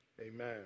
amen